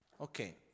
Okay